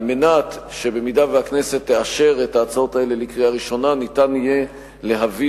על מנת שאם תאשר הכנסת את ההצעות האלה בקריאה ראשונה ניתן יהיה להביא